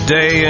Day